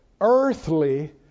earthly